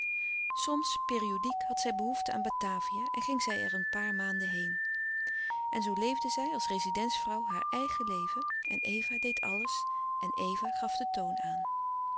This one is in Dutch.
soms periodiek had zij behoefte aan batavia en ging zij er een paar maanden heen en zoo leefde zij als rezidentsvrouw haar eigen leven en eva deed alles en eva gaf den toon aan